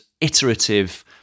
iterative